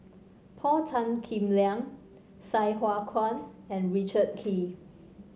Paul Tan Kim Liang Sai Hua Kuan and Richard Kee